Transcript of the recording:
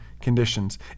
conditions